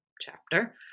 chapter